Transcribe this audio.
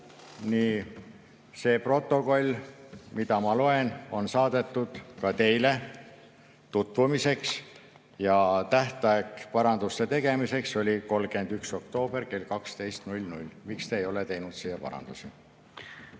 Nii, see protokoll, mida ma loen, on saadetud ka teile tutvumiseks. Tähtaeg paranduste tegemiseks oli 31. oktoober kell 12.00. Miks te ei ole teinud siia parandusi?